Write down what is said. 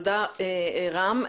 תודה, רם.